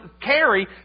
carry